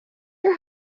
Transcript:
are